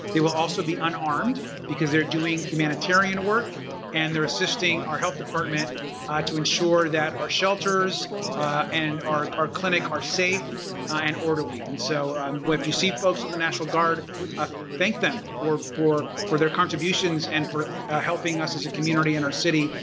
they will also be unarmed because they're doing humanitarian work and they're assisting our health department to ensure that our shelters and our our clinic are safe and orderly. so if you see folks at the national guard ah thank them for for for their contributions and for helping us as a community in our city.